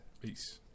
Peace